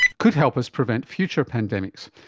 could help us prevent future pandemics.